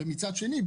מצד שני,